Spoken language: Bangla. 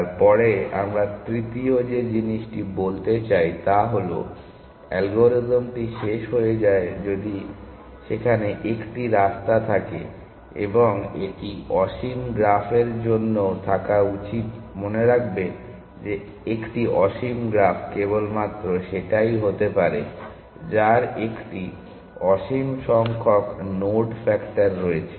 তারপরে আমরা তৃতীয় যে জিনিসটি বলতে চাই তা হল অ্যালগরিদমটি শেষ হয়ে যায় যদি সেখানে একটি রাস্তা থাকে এবং এটি অসীম গ্রাফের জন্যও থাকা উচিত মনে রাখবে যে একটি অসীম গ্রাফ কেবলমাত্র সেটাই হতে পারে যার একটি অসীম সংখ্যক নোড ফ্যাক্টর রয়েছে